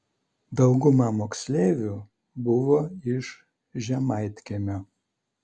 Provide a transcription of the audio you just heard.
dauguma moksleivių buvo iš žemaitkiemio